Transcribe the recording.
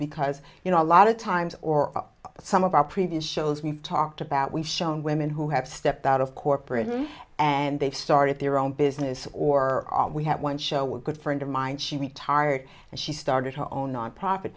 because you know a lot of times or some of our previous shows we've talked about we've shown women who have stepped out of corporate and they've started their own business or we have one show a good friend of mine she retired and she started her own nonprofit